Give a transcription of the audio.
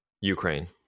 Ukraine